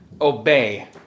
obey